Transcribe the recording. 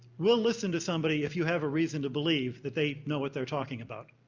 will listen to somebody if you have a reason to believe that they know what they're talking about.